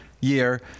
year